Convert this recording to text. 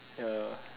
ya